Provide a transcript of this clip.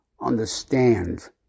understand